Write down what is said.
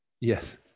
Yes